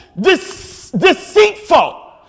deceitful